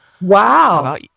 Wow